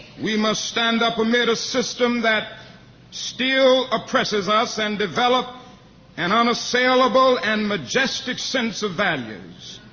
we must stand up amid a system that still oppresses us and develop an unassailable and majestic sense of values.